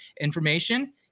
information